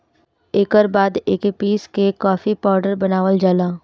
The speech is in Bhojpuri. एकर बाद एके पीस के कॉफ़ी पाउडर बनावल जाला